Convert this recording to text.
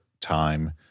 time